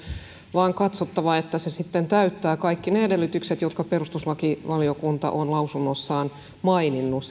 vain katsottava että se sitten täyttää kaikki ne edellytykset jotka perustuslakivaliokunta on lausunnossaan maininnut